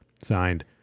Signed